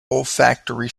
olfactory